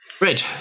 red